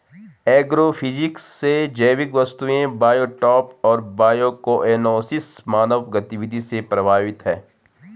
agrophysics से जैविक वस्तुएं बायोटॉप और बायोकोएनोसिस मानव गतिविधि से प्रभावित हैं